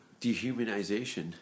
Dehumanization